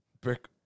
brick